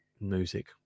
music